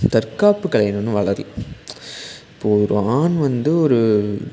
தற்காப்பு கலையில் இன்னும் வளரல இப்போது ஒரு ஆண் வந்து ஒரு